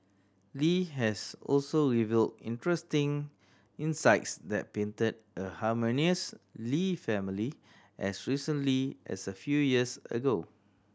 Li has also revealed interesting insights that painted a harmonious Lee family as recently as a few years ago